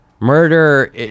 Murder